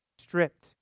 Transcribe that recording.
stripped